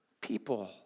people